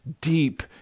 deep